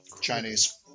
Chinese